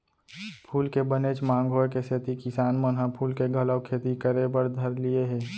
फूल के बनेच मांग होय के सेती किसान मन ह फूल के घलौ खेती करे बर धर लिये हें